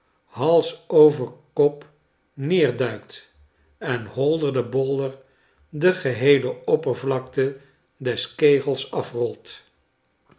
hals over kop neerduikt en holder de bolder de geheele oppervlakte des kegels afrolt